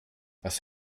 was